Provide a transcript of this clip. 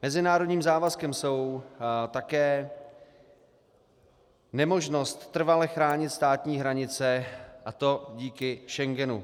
Mezinárodním závazkem je také nemožnost trvale chránit státní hranice, a to díky Schengenu.